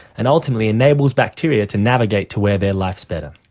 and ultimately enables bacteria to navigate to where their life is better.